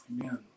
Amen